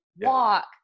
walk